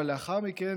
ולאחר מכן,